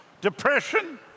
Depression